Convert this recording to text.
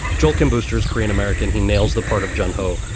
jokin boasters korean-american, he nails the part of jin-ho,